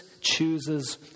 chooses